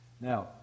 Now